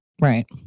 Right